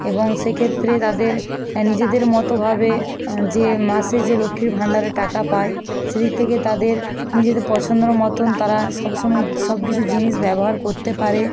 এবং সেক্ষেত্রে তাদের নিজেদের মতোভাবে যে মাসে যে লক্ষ্মীর ভাণ্ডারের টাকা পায় সেদিক থেকে তাদের নিজেদের পছন্দ মতন তারা সবসময় সবকিছু জিনিস ব্যবহার করতে পারে